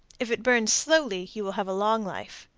if it burns slowly you will have a long life.